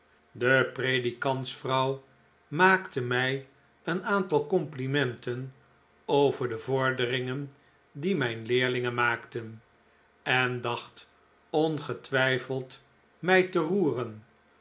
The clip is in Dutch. de predikantsvrouw maakte mij een aantal compliment en over de vorderingen die mijn leerlingen maakten en dacht ongetwijfeld mij te roeren